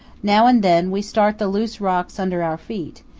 now and then we start the loose rocks under our feet,